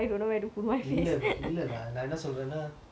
இல்ல இல்ல நான் என்ன சொல்றேன்னா:illa illa naan enna solraenaa